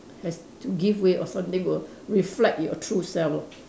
has to give way or something will reflect your true self lah